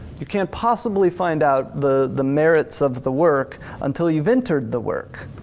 you can't possibly find out the the merits of the work until you've entered the work.